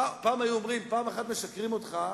פעם היו אומרים: פעם אחת משקרים לך,